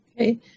Okay